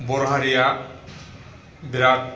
बर' हारिया बिराद